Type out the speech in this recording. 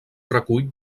recull